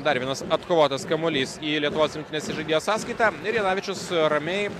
dar vienas atkovotas kamuolys į lietuvos rinktinės į žaidėjo sąskaitą ir janavičius ramiai